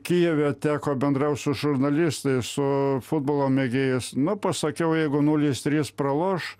kijeve teko bendraut su žurnalistais su futbolo mėgėjas na pasakiau jeigu nulis trys praloš